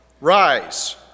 Rise